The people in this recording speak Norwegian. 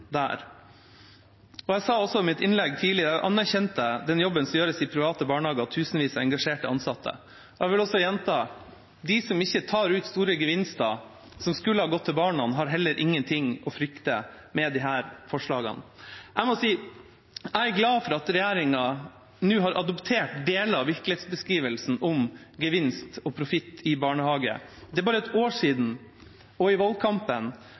der. I mitt tidligere innlegg anerkjente jeg også den jobben som gjøres i private barnehager, av tusenvis av engasjerte ansatte. Jeg vil også gjenta: De som ikke tar ut store gevinster som skulle ha gått til barna, har heller ingenting å frykte med disse forslagene. Jeg er glad for at regjeringa nå har adoptert deler av virkelighetsbeskrivelsen om gevinst og profitt i barnehage. For bare et år siden, og i valgkampen,